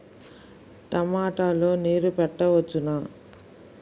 టమాట లో నీరు పెట్టవచ్చునా?